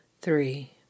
three